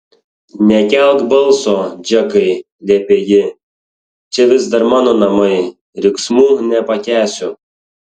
nekelk balso džekai liepė ji čia vis dar mano namai riksmų nepakęsiu